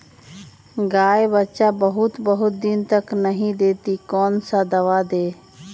गाय बच्चा बहुत बहुत दिन तक नहीं देती कौन सा दवा दे?